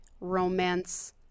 romance